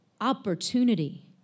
opportunity